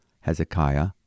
Hezekiah